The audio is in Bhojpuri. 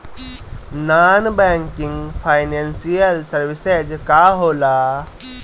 नॉन बैंकिंग फाइनेंशियल सर्विसेज का होला?